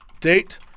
Date